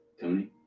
Tony